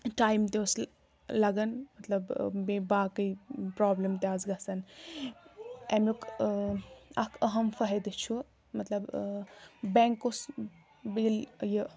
time تہِ اوس لَگان مطلب بیٚیہِ باقٕے پرٛابلِم تہِ آسہٕ گَژھان اَمیُک اَکھ اَہم فٲہِدٕ چھُ مطلب بٮ۪نٛک اوس ییٚلہِ یہِ